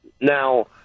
Now